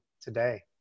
Today